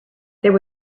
there